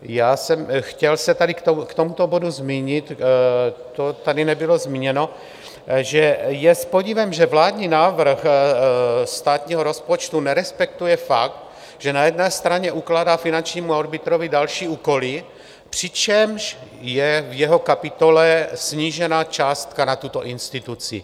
Já jsem se chtěl tady k tomuto bodu zmínit, to tady nebylo zmíněno, že je s podivem, že vládní návrh státního rozpočtu nerespektuje fakt, že na jedné straně ukládá finančnímu arbitrovi další úkoly, přičemž je v jeho kapitole snížena částka na tuto instituci.